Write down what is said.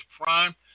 prime